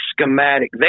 schematic